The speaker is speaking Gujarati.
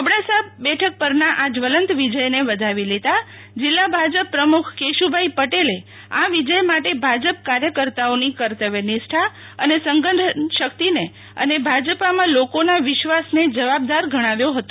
અબડાસા બેઠક પરના આ જવલંત વિજયને વધાવી લેતા જિલ્લા ભાજપ પ્રમુખ કેશુ ભાઈ પટેલે આ વિજય માટે ભાજપ કાર્યકર્તાઓની કર્તવ્યનિષ્ઠા અને સંગઠન શક્તિને અને ભાજપામાં લોકોના વિશ્વાસને જવાબદાર ગણાવ્યો હતો